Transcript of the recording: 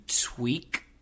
tweak